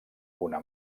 una